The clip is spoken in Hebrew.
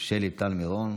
שלי טל מירון.